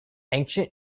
ancient